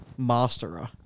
masterer